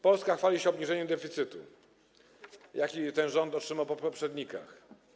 Polska chwali się obniżeniem deficytu, jaki ten rząd otrzymał po poprzednikach.